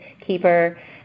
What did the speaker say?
keeper